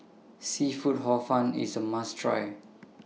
Seafood Hor Fun IS A must Try